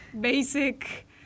basic